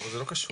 זה לא קשור.